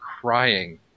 crying